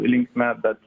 linkme bet